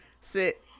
sit